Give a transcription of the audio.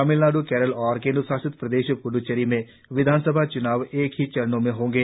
तमिलनाड् केरल और केंद्रशासित प्रदेश प्ददचेरी में विधानसभा च्नाव एक ही चरण में होंगे